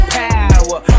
power